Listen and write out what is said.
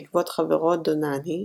בעקבות חברו דוהנאני,